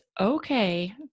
okay